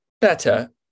Better